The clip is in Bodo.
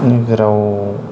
नोगोराव